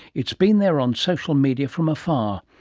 it's been there on social media from afar,